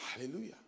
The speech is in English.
Hallelujah